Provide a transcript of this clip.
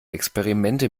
experimente